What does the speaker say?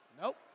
Nope